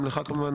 גם לך כמובן,